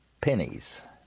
pennies